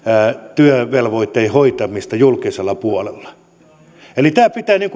työvelvoitteen hoitamista julkisella puolella eli nyt pitää